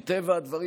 מטבע הדברים,